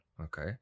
Okay